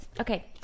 okay